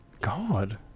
God